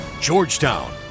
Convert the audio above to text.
Georgetown